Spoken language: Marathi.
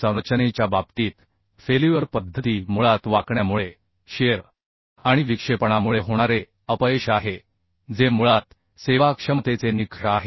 संरचनेच्या बाबतीत फेल्युअर पद्धती मुळात वाकण्यामुळे शिअर आणि विक्षेपणामुळे होणारे अपयश आहे जे मुळात सेवाक्षमतेचे निकष आहेत